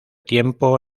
tiempo